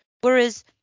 whereas